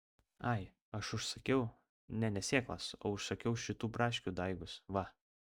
ai aš užsakiau ne ne sėklas o užsakiau šitų braškių daigus va